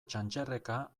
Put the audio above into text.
txantxerreka